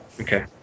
Okay